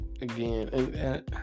again